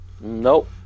nope